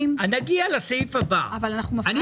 --- אבל עם כל הכבוד נגיע לסעיף הבא.